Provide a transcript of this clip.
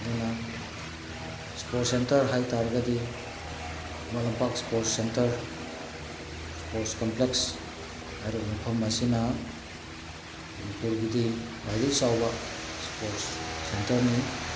ꯑꯗꯨꯅ sports centre ꯍꯥꯏꯇꯥꯔꯒꯗꯤ ꯈꯨꯃꯟ ꯂꯝꯄꯥꯛ ꯁ꯭ꯄꯣꯔꯁ ꯁꯦꯟꯇꯔ ꯁ꯭ꯄꯣꯔꯠꯁ ꯀꯝꯄ꯭ꯂꯦꯛꯁ ꯍꯥꯏꯔꯤꯕ ꯃꯐꯝ ꯑꯁꯤꯅ ꯃꯅꯤꯄꯨꯔꯒꯤꯗꯤ ꯈ꯭ꯋꯥꯏꯗꯩ ꯆꯥꯎꯕ ꯁ꯭ꯄꯣꯔꯠꯁ ꯁꯦꯟꯇꯔꯅꯤ